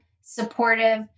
supportive